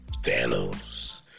Thanos